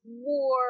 war